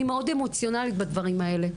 אני מאוד אמוציונלית בדברים האלה,